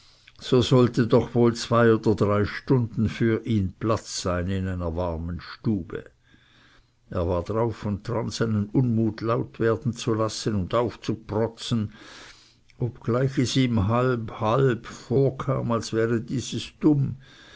so sollte doch wohl zwei oder drei stunden für ihn platz in einer warmen stube sein er war darauf und daran seinen unmut laut werden zu lassen und aufzuprotzen obgleich es ihm so halb und halb vorkam als wäre dieses dumm